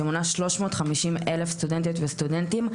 שמונה שלוש מאות חמישים אלף סטודנטיות וסטודנטים,